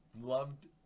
loved